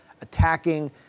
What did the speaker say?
attacking